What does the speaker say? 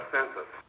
Census